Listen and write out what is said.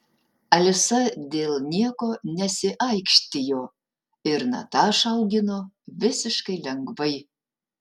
alisa dėl nieko nesiaikštijo ir natašą augino visiškai lengvai